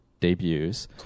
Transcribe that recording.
debuts